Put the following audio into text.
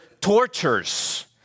tortures